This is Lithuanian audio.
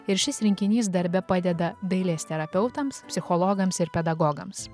ir šis rinkinys darbe padeda dailės terapeutams psichologams ir pedagogams